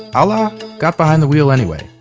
alaa got behind the wheel anyway.